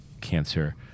cancer